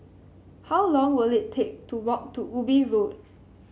how long will it take to walk to Ubi Road